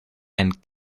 and